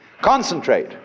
Concentrate